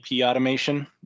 automation